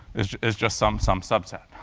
is is just some some subset.